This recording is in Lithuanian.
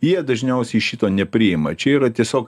jie dažniausiai šito nepriima čia yra tiesiog